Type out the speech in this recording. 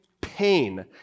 pain